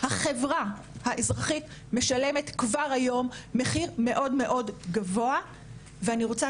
אלא החברה האזרחית משלמת כבר היום מחיר מאוד מאוד גבוה ואני רוצה